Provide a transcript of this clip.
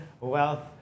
Wealth